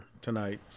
tonight